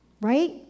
right